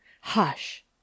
Hush